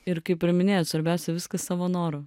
ir kaip ir minėjai svarbiausia viskas savo noru